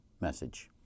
message